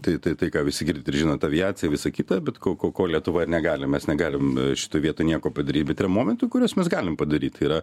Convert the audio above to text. tai tai tai ką visi girdit ir žinot aviacija visa kita bet ko ko ko lietuva negali mes negalim šitoj vietoj nieko padaryt bet yra momentų kuriuos mes galim padaryt yra